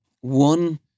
One